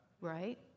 Right